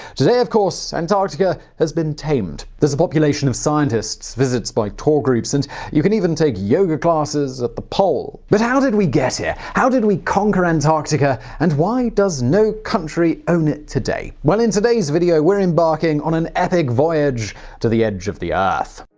today, of course, antarctica has been tamed. there's a population of scientists, visits by tour groups, and you can even take yoga classes at the pole. but how did we get here? how did we conquer antarctica, and why does no country own it today? in today's video, we're embarking on an epic voyage to the edge of the earth.